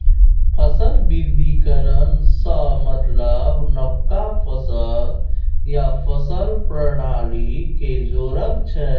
फसल बिबिधीकरण सँ मतलब नबका फसल या फसल प्रणाली केँ जोरब छै